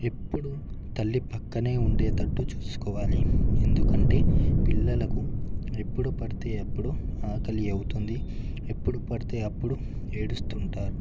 ఎప్పుడు తల్లి పక్కనే ఉండేటట్టు చూసుకోవాలి ఎందుకంటే పిల్లలకు ఎప్పుడు పడితే అప్పుడు ఆకలి అవుతుంది ఎప్పుడు పడితే అప్పుడు ఏడుస్తు ఉంటారు